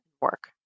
work